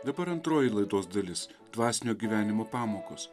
dabar antroji laidos dalis dvasinio gyvenimo pamokos